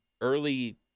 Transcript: Early